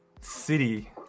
City